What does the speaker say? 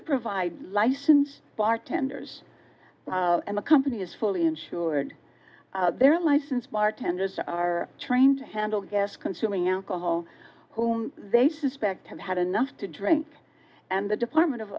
provide license bartenders and the company is fully insured their license mar tenders are trained to handle gas consuming alcohol whom they suspect have had enough to drink and the department